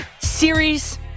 series